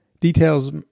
details